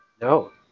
No